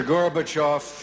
Gorbachev